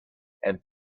and